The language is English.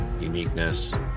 uniqueness